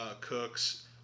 Cooks